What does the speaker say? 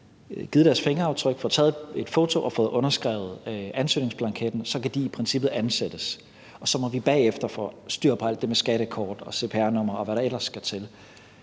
givet deres fingeraftryk og fået taget et foto og fået underskrevet ansøgningsblanketten, i princippet ansættes. Så må vi bagefter få styr på alt det med skattekort og cpr-nummer, og hvad der ellers skal til.